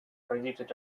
predicted